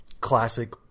classic